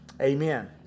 amen